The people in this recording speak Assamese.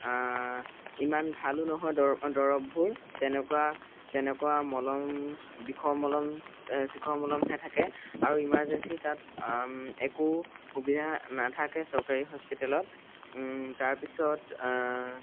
ইমান ভালো নহয় দৰ দৰৱবোৰ তেনেকুৱা তেনেকুৱা মলম বিষৰ মলম চিখৰ মলমহে থাকে আৰু ইমাৰজেঞ্চি তাত একো সুবিধা নাথাকে চৰকাৰী হস্পিতেলত তাৰপিছত